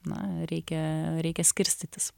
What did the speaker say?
na reikia reikia skirstytis